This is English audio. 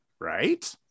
right